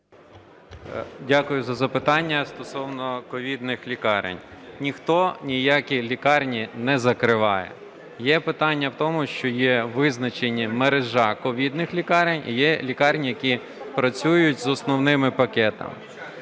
Дякую за запитання. Стосовно ковідних лікарень. Ніхто ніякі лікарні не закриває. Є питання в тому, що є визначена мережа ковідних лікарень і є лікарні, які працюють з основними пакетами.